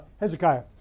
Hezekiah